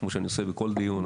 כמו שאני עושה בכל דיון,